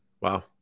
Wow